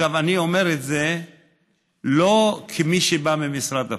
אני אומר את זה לא כמי שבא ממשרד הפנים.